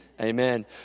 amen